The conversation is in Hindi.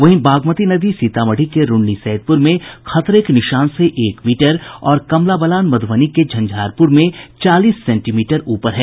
वहीं बागमती नदी सीतामढ़ी के रून्नी सैदपूर में खतरे के निशान से एक मीटर और कमला बलान मधुबनी के झंझारपुर में चालीस सेंटीमीटर ऊपर है